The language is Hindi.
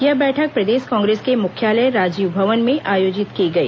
यह बैठक प्रदेश कांग्रेस के मुख्यालय राजीव भवन में आयोजित की गई